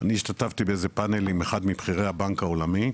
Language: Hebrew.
אני השתתפתי באיזה פאנל עם אחד מבכירי הבנק העולמי,